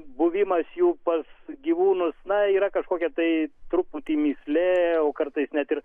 buvimas jų pas gyvūnus na yra kažkokia tai truputį mįslė o kartais net ir